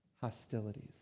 hostilities